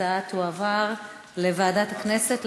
ההצעה תועבר לוועדת הכנסת,